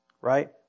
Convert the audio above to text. right